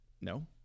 No